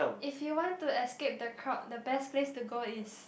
if you want to escape the crowd the best place to go is